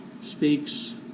speaks